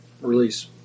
release